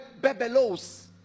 bebelos